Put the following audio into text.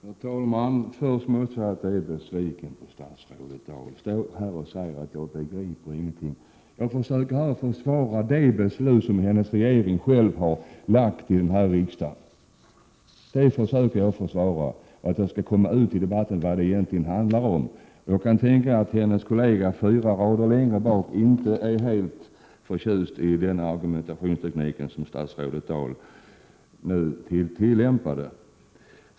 Herr talman! Först måste jag säga att jag är besviken på statsrådet Dahl. Statsrådet står här och säger att jag inte begriper någonting. Jag försöker i alla fall försvara det ställningstagande som hennes regering själv har redogjort för i denna riksdag. Jag försöker försvara det, och jag vill att det skall komma ut i debatten vad det egentligen handlar om. Jag kan tänka mig att hennes kollega fyra rader längre bak inte är helt förtjust i den argumentationsteknik som statsrådet Dahl nu tillämpade.